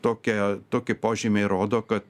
ir tokia tokie požymiai rodo kad